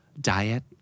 diet